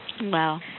Wow